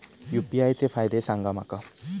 UPI चे फायदे सांगा माका?